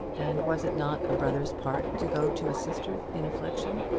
and was it not a brother's part to go to a sister in affliction?